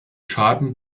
schaden